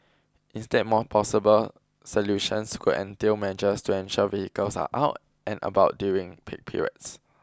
instead more plausible solutions could entail measures to ensure vehicles are out and about during peak periods